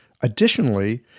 Additionally